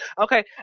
Okay